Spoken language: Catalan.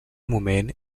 moment